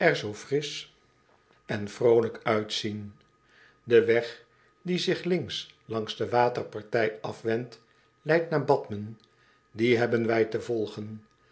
en vrolijk uitzien de weg die zich links langs de waterpartij afwendt leidt naar b a t h m e n dien hebben wij te volgen